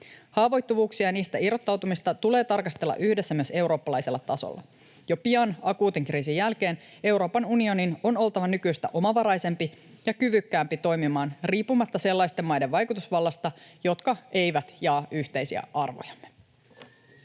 Haavoittuvuuksia ja niistä irrottautumista tulee tarkastella yhdessä myös eurooppalaisella tasolla. Jo pian akuutin kriisin jälkeen Euroopan unionin on oltava nykyistä omavaraisempi ja kyvykkäämpi toimimaan riippumatta sellaisten maiden vaikutusvallasta, jotka eivät jaa yhteisiä arvojamme.